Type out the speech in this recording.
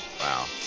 Wow